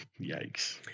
Yikes